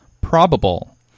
probable